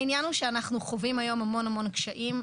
העניין הוא שאנחנו חווים היום המון המון קשיים,